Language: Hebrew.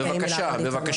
נהר, בבקשה.